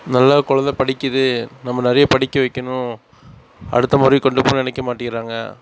நல்லா குழந்த படிக்குது நம்ம நிறைய படிக்க வைக்கணும் அடுத்த முறைக்கு கொண்டு போகணுன்னு நினைக்க மாட்டேங்கிறாங்க